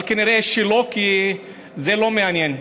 אבל כנראה שלא, כי זה לא מעניין.